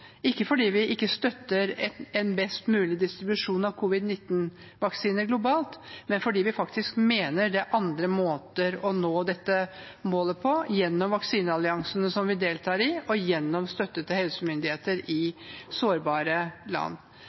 ikke fordi vi ikke støtter en best mulig distribusjon av covid-19-vaksiner globalt, men fordi vi mener det er andre måter å nå dette målet på, gjennom vaksinealliansene vi deltar i, og gjennom støtte til helsemyndigheter i sårbare land.